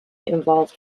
involved